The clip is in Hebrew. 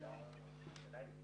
אני לא